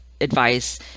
advice